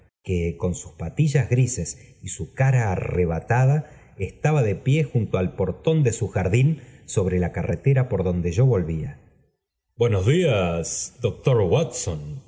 que con sus patillas grises y su cara arrebatada estaba de pie junto al portón de su jardín sobro la carretera por donde yo volvía p días doctor wntson